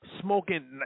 smoking